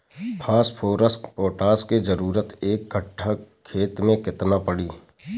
Phosphorus potash के जरूरत एक कट्ठा खेत मे केतना पड़ी?